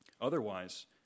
Otherwise